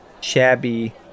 shabby